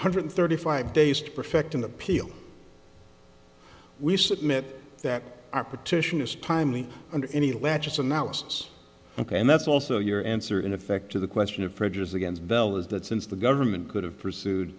hundred thirty five days to perfect an appeal we submit that our petition is timely under any latches analysis ok and that's also your answer in effect to the question of prejudice against bell is that since the government could have pursued